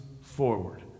forward